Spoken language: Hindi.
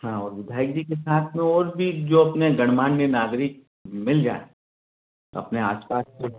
हाँ और विधायक जी के साथ में और भी जो अपने गणमान्य नागरिक मिल जाएँ अपने आस पास से